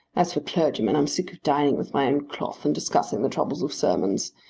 as for clergymen, i'm sick of dining with my own cloth and discussing the troubles of sermons.